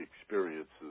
experiences